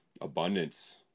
abundance